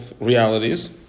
realities